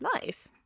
Nice